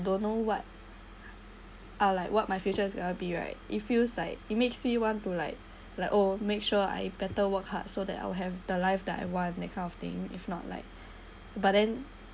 don't know what uh like what my future going to be right it feels like it makes me want to like like oh make sure I better work hard so that I'll have the life that I want that kind of thing if not like but then